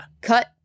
Cut